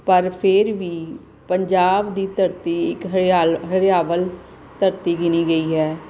ਪਰ ਫਿਰ ਵੀ ਪੰਜਾਬ ਦੀ ਧਰਤੀ ਇੱਕ ਹਰਿਆਲ ਹਰਿਆਵਲ ਧਰਤੀ ਗਿਣੀ ਗਈ ਹੈ